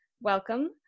Welcome